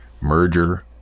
merger